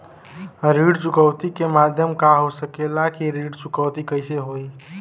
ऋण चुकौती के माध्यम का हो सकेला कि ऋण चुकौती कईसे होई?